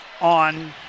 on